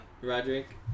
Roderick